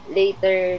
later